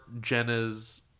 jenna's